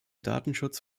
datenschutz